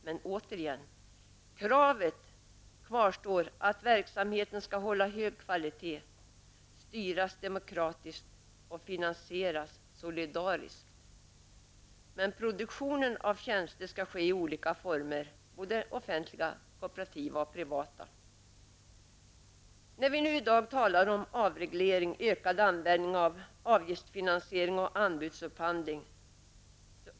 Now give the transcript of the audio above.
Men återigen: Kravet kvarstår att verksamheten skall hålla hög kvalitet, styras demokratiskt och finansieras solidariskt, men produktionen av tjänster kan ske i olika former, både offentliga, kooperativa och privata. Vi talar i dag om avreglering, ökad användning av avgiftsfinansiering och anbudsupphandling.